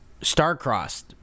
Starcrossed